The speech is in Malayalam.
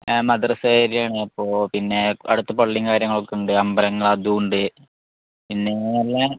മദ്രസ ഏരിയ ആണ് അപ്പോൾ പിന്നെ അടുത്ത പള്ളിയും കാര്യങ്ങളും ഒക്കെ ഉണ്ട് അമ്പലങ്ങൾ അതും ഉണ്ട് പിന്നെ നല്ല